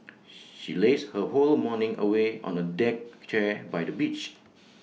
she lazed her whole morning away on A deck chair by the beach